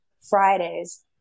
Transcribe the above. Fridays